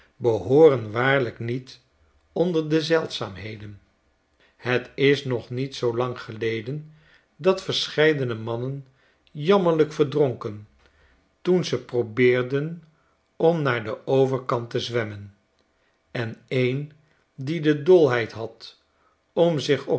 behooren waarlijk niet onder de zeldzaamheden het is nog niet zoo lang geleden dat verscheidene mannen jammerlyk verdronken toen ze probeerden om naar den overkant te zwemmen en een die de dolheid had om zich op